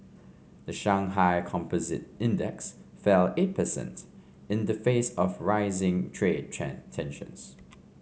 the Shanghai Composite Index fell eight percent in the face of rising trade tensions